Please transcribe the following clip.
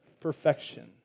perfection